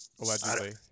Allegedly